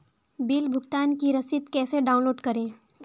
Bill भुगतान की रसीद कैसे डाउनलोड करें?